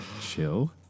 Chill